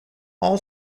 all